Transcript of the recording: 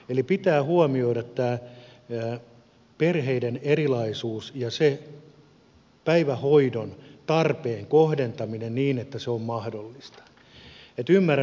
eli pitää huomioida tämä perheiden erilaisuus ja se päivähoidon tarpeen kohdentaminen niin että se on mahdollista